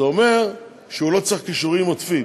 זה אומר שהוא לא צריך כישורים עודפים.